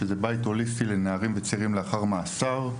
שזה בית הוליסטי לנערים וצעירים לאחר מאסר.